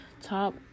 top